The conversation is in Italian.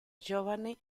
giovane